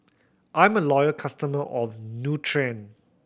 I'm a loyal customer of Nutren